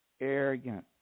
arrogant